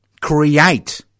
Create